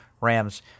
Rams